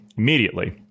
Immediately